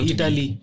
Italy